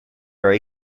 very